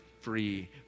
free